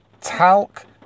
talc